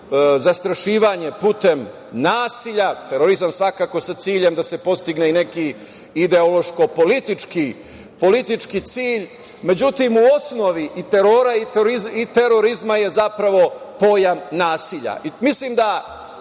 zastrašivanje putem nasilja, terorizma svako sa ciljem da se postigne i neki ideološko politički cilj. Međutim, u osnovi i terora i terorizma je zapravo pojam nasilja.